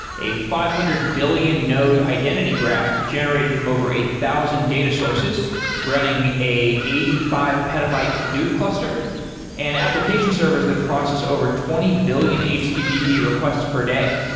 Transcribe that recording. a five hundred billion node identity graph generated from over a thousand data sources running a eighty five petabyte hadoop cluster and application servers that process over twenty billion http requests per day.